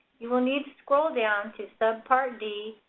you will need to scroll down to subpart d,